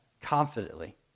confidently